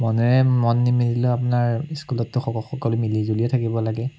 মনেৰে মন নিমিলিলেও আপোনাৰ স্কুলততো সক সকলো মিলিজুলিয়েই থাকিব লাগে